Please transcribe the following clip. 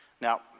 Now